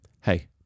hey